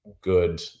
good